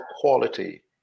quality